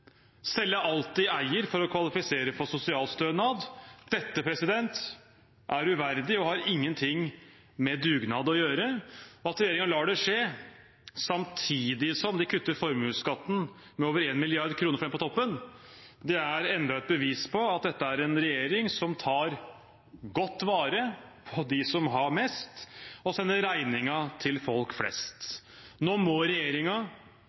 eier for å kvalifisere for sosialstønad. Dette er uverdig og har ingen ting med dugnad å gjøre. At regjeringen lar det skje samtidig som de kutter formuesskatten med over 1 mrd. kr for dem på toppen, er enda et bevis på at dette er en regjering som tar godt vare på dem som har mest, og sender regningen til folk flest. Nå må